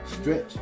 Stretch